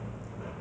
it's like